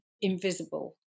invisible